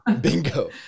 Bingo